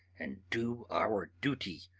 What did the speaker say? and do our duty,